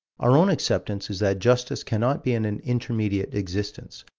our own acceptance is that justice cannot be in an intermediate existence,